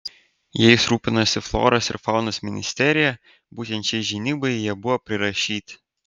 jais rūpinosi floros ir faunos ministerija būtent šiai žinybai jie buvo prirašyti